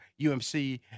UMC